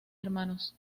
hermanos